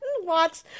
watch